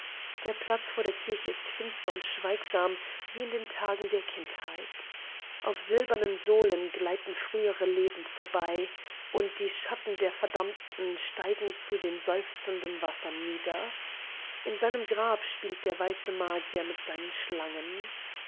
der platz vor der kirche ist finster und schweigsam wie in den tagen der kindheit auf silbernen sohlen gleiten frühere leben vorbei und die schatten der verdammten steigen zu den seufzenden wassern nieder in seinem grab spielt der weiße magier mit seinen schlangen